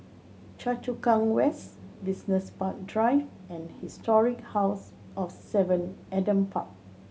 Choa Chu Kang West Business Park Drive and Historic House of Seven Adam Park